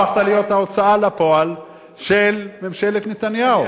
הפכת להיות ההוצאה לפועל של ממשלת נתניהו.